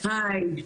הי,